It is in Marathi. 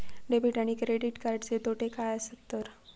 डेबिट आणि क्रेडिट कार्डचे तोटे काय आसत तर?